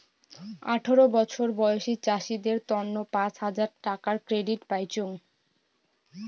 আঠারো বছর বয়সী চাষীদের তন্ন পাঁচ হাজার টাকার ক্রেডিট পাইচুঙ